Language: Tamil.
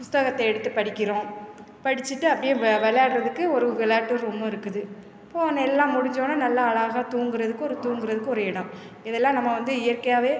புத்தகத்த எடுத்து படிக்கிறோம் படிச்சிட்டு அப்படியே வெ விளையாடறதுக்கு ஒரு விளையாட்டு ரூம்மு இருக்குது இப்போது எல்லாம் முடிஞ்ச உடனே நல்லா அழகாக தூங்குறதுக்கு ஒரு தூங்குறதுக்கு ஒரு எடம் இதெல்லாம் நம்ம வந்து இயற்கையாகவே